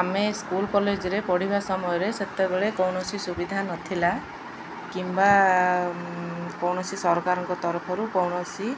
ଆମେ ସ୍କୁଲ କଲେଜରେ ପଢ଼ିବା ସମୟରେ ସେତେବେଳେ କୌଣସି ସୁବିଧା ନଥିଲା କିମ୍ବା କୌଣସି ସରକାରଙ୍କ ତରଫରୁ କୌଣସି